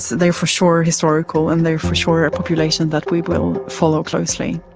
they are for sure historical and they are for sure a population that we will follow closely.